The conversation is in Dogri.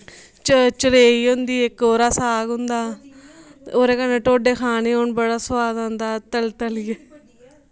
च चलेरी होंदी इक ओह्दा साग होंदा ते ओह्दे कन्नै टोडे खाने होन तां बड़ा सोआद आंदा तल तलियै